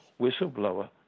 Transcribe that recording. whistleblower